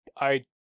I-